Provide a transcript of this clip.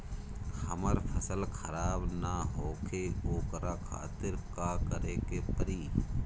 हमर फसल खराब न होखे ओकरा खातिर का करे के परी?